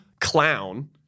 clown